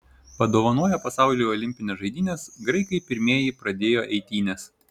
padovanoję pasauliui olimpines žaidynes graikai pirmieji pradėjo eitynes